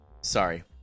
Sorry